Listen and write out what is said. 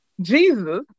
Jesus